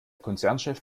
konzernchef